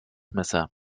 messer